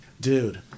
dude